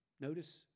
Notice